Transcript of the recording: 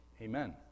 amen